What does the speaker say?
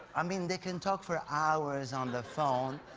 i mean they can talk for hours on the phone.